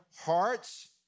hearts